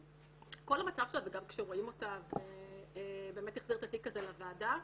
כל המצב שלה וגם כשרואים אותה ובאמת החזיר את התיק הזה לוועדה,